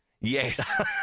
Yes